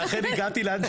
חייב